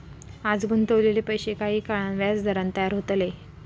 आज गुंतवलेले पैशे काही काळान व्याजदरान तयार होतले